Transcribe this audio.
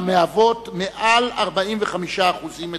והן מהוות מעל 45% מתוכן.